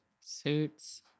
Suits